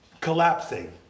collapsing